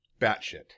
batshit